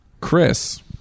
Chris